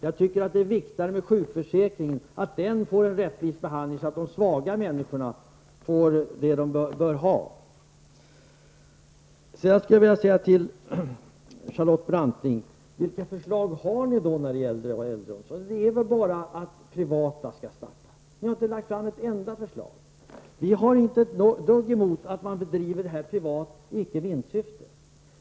Jag tycker att det är viktigare med en rättvis behandling i fråga om sjukförsäkringen, så att de svaga människorna får det de bör ha. Vilka förslag har ni då när det gäller äldreomsorgen? Det är väl bara att privata intressen skall ta hand om verksamheten. Ni har inte lagt fram ett enda annat förslag. Vi har inte ett dugg emot att verksamhet bedrivs privat utan vinstsyfte.